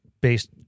Based